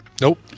Nope